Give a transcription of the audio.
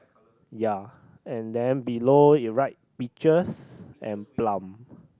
ya and then below in right pictures and plant